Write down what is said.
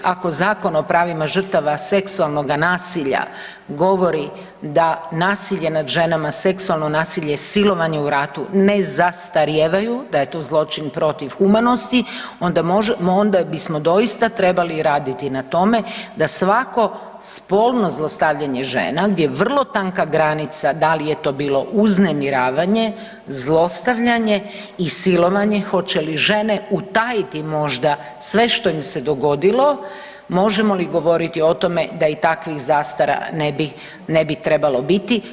Ako Zakon o pravima žrtava seksualnoga nasilja govori da nasilje nad ženama, seksualno nasilje, silovanje u ratu ne zastarijevaju, da je to zločin protiv humanosti, onda bismo doista trebali raditi na tome da svatko spolno zlostavljanje žena, gdje je vrlo tanka granica da li je to bilo uznemiravanje, zlostavljanje i silovanje, hoće li žene utajiti možda sve što im se dogodilo, možemo li govoriti o tome da i takvih zastara ne bi trebalo biti.